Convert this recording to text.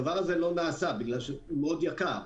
הדבר הזה לא נעשה מפני שהוא מאוד יקר.